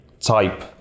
type